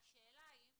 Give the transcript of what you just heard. השאלה היא,